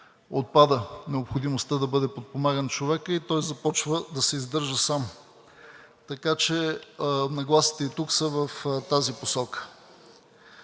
отпада необходимостта да бъде подпомаган човекът и той започва да се издържа сам. Така че нагласите и тук са в тази посока.